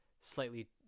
slightly